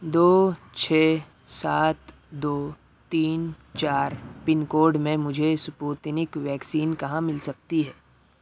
دو چھ سات دو تین چار پنکوڈ میں مجھے سپوتنک ویکسین کہاں مل سکتی ہے